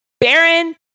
Baron